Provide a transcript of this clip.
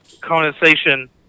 condensation